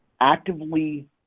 actively